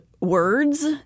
words